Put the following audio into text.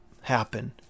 happen